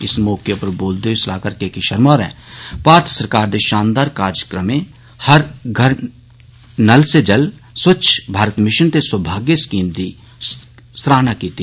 इस मौके उप्पर बोलदे होई सलाहकार के के शर्मा होरें भारत सरकार दे शानदार कार्यक्रमें ''हर घर नल से जल'' स्वच्छ भारत मिशन ते सौभाग्य स्कीम गी सराहेआ